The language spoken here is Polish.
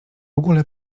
ogóle